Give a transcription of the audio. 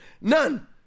none